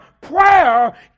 prayer